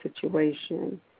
situation